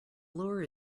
lure